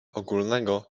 ogólnego